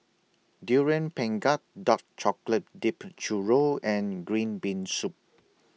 Durian Pengat Dark Chocolate Dipped Churro and Green Bean Soup